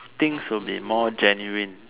things will be more genuine